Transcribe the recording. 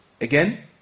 again